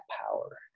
power